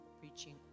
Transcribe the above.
preaching